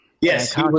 Yes